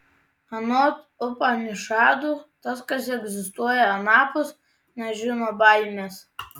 anot upanišadų tas kas egzistuoja anapus nežino baimės